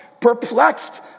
Perplexed